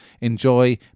enjoy